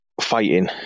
fighting